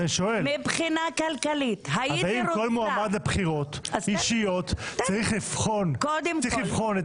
כל מועמד לבחירות אישיות צריך לבחון את